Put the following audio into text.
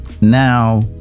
Now